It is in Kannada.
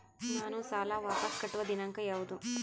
ನಾನು ಸಾಲ ವಾಪಸ್ ಕಟ್ಟುವ ದಿನಾಂಕ ಯಾವುದು?